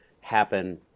happen